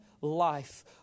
life